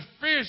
fish